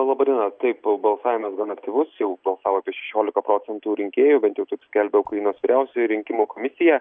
laba diena taip balsavimas gan aktyvus jau balsavo apie šešiolika procentų rinkėjų bent jau taip skelbia ukrainos vyriausioji rinkimų komisija